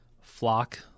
flock